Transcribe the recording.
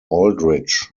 aldrich